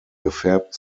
gefärbt